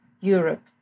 Europe